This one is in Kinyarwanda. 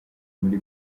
muri